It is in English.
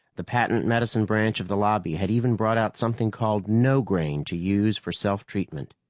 the patent-medicine branch of the lobby had even brought out something called nograine to use for self-treatment.